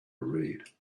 read